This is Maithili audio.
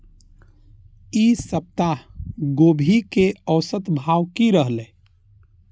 ई सप्ताह गोभी के औसत भाव की रहले?